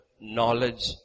knowledge